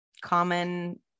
common